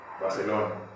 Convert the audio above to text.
Barcelona